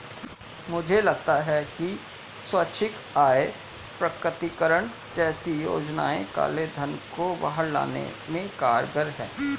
मुझे लगता है कि स्वैच्छिक आय प्रकटीकरण जैसी योजनाएं काले धन को बाहर लाने में कारगर हैं